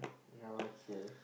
okay